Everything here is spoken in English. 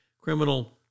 criminal